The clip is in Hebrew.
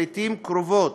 שלעתים קרובות